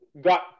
got